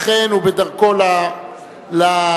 אכן, הוא בדרכו לדוכן.